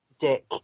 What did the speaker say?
Dick